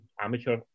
amateur